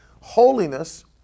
holiness